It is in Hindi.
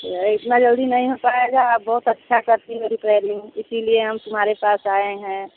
तो ये इतना जल्दी नहीं हो पाएगा आप बहुत अच्छा करती हैं रिपेयरिंग इसी लिए हम तुम्हारे पास आए हैं